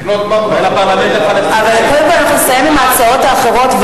קודם כול נסיים עם ההצעות האחרות,